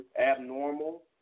abnormal